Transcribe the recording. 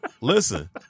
Listen